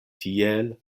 tiel